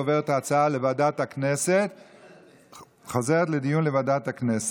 וההצעה חוזרת לדיון בוועדת הכנסת.